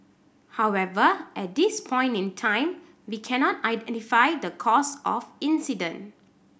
however at this point in time we cannot identify the cause of incident